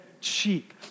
cheap